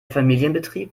familienbetrieb